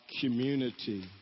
community